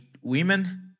women